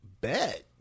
bet